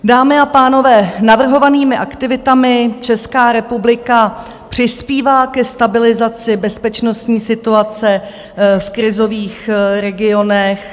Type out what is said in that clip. Dámy a pánové, navrhovanými aktivitami Česká republika přispívá ke stabilizaci bezpečnostní situace v krizových regionech.